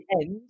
end